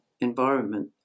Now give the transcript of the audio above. environment